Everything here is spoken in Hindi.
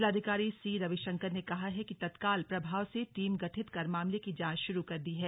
जिलाधिकारी सी रविशंकर ने कहा है कि तत्काल प्रभाव से टीम गठित कर मामले की जॉच शुरू कर दी है